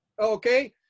okay